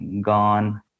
gone